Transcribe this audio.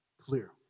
clear